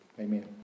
Amen